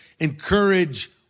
encourage